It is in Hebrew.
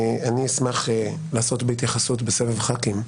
אני אשמח להתייחס בסבב חברי הכנסת,